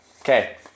Okay